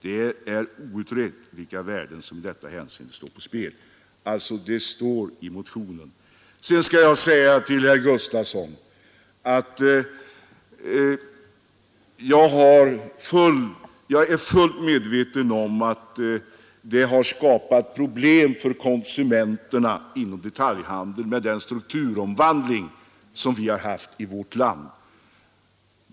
Det är outrett vilka värden som i detta hänseende står på spel.” Jag är fullt medveten om, herr Gustafsson i Byske, att den strukturomvandling som vi har haft i vårt land har skapat stora problem för många konsumenter.